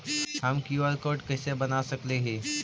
हम QR code कैसे बना सकली ही?